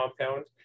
compound